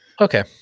Okay